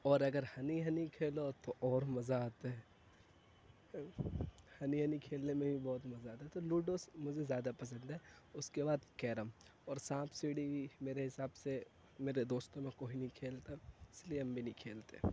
اور اگر ہنی ہنی کھیلو تو اور مزہ آتا ہے ہنی ہنی کھیلنے میں بھی بہت مزہ آتا ہے تو لوڈو مجھے زیادہ پسند ہے اس کے بعد کیرم اور سانپ سیڑھی میرے حساب سے میرے دوستوں میں کوئی نہیں کھیلتا اس لیے ہم بھی نہیں کھیلتے